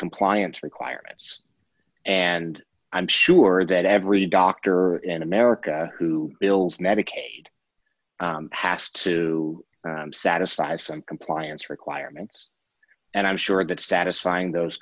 compliance requirements and i'm sure that every doctor in america who fills medicaid passed to satisfy some compliance requirements and i'm sure that satisfying those